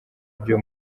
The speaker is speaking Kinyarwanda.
ibyo